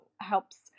helps